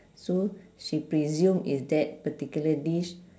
so she presume is that particular dish